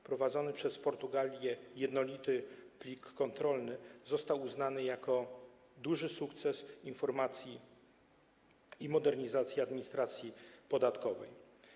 Wprowadzony przez Portugalię jednolity plik kontrolny został uznany za duży sukces informacji i modernizacji administracji podatkowej.